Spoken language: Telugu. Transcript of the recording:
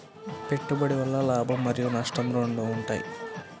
పెట్టుబడి వల్ల లాభం మరియు నష్టం రెండు ఉంటాయా?